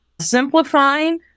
Simplifying